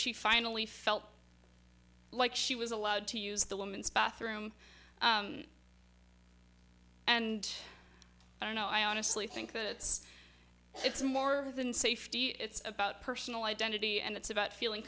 she finally felt like she was allowed to use the women's bathroom and i don't know i honestly think that it's it's more than safety it's about personal identity and it's about feeling